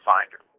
Finder